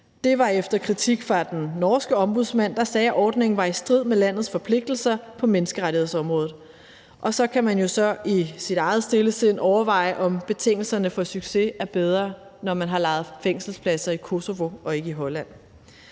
Det var efter kritik fra den norske ombudsmand, der sagde, at ordningen var i strid med landets forpligtelser på menneskerettighedsområdet. Og så kan man jo så i sit eget stille sind overveje, om betingelserne for succes er bedre, når man har lejet fængselspladser i Kosovo og ikke i Holland.